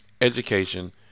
education